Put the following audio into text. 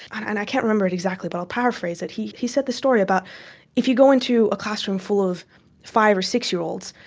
and i can't remember it exactly but i'll paraphrase it. he he said this story about how if you go into a classroom full of five or six-year-olds,